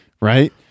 Right